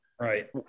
right